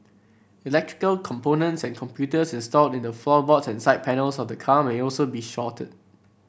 electrical components and computers installed in the floorboards and side panels of the car may also be shorted